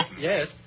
Yes